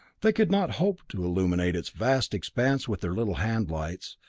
they could not hope to illuminate its vast expanse with their little hand lights,